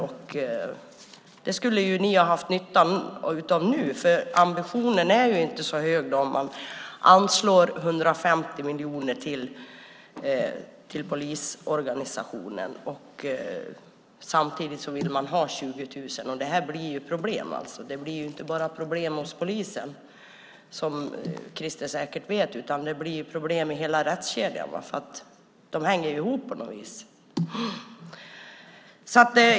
De pengarna skulle ni ha haft nytta av nu, för ambitionen är inte så hög om man anslår 150 miljoner till polisorganisationen. Samtidigt vill man ha 20 000 poliser. Det blir problem. Det blir inte bara problem hos polisen, som Krister säkert vet, utan det blir problem i hela rättskedjan. Det hänger ihop på något vis.